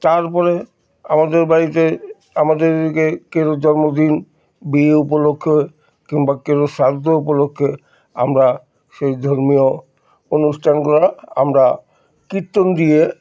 তারপরে আমাদের বাড়িতে আমাদের এদিকে কারো জন্মদিন বিয়ে উপলক্ষে কিংবা কারো শ্রাদ্ধ উপলক্ষে আমরা সেই ধর্মীয় অনুষ্ঠানগুলো আমরা কীর্তন দিয়ে